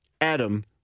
Adam